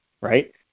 Right